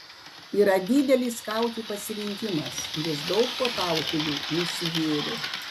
yra didelis kaukių pasirinkimas nes daug puotautojų nusigėrė